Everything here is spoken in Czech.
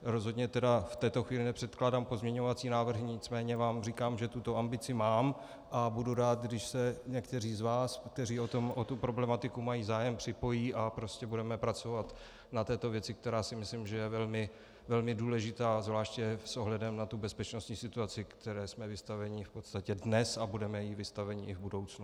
Rozhodně tedy v této chvíli nepředkládám pozměňovací návrh, nicméně vám říkám, že tuto ambici mám, a budu rád, když se někteří z vás, kteří o tu problematiku mají zájem, připojí a prostě budeme pracovat na této věci, která si myslím, že je velmi důležitá zvláště s ohledem na bezpečnostní situaci, které jsme vystaveni v podstatě dnes a budeme jí vystaveni i v budoucnu.